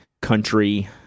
country